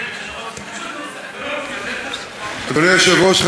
אדוני היושב-ראש,